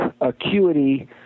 acuity